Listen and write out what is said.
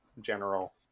general